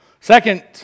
Second